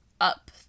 up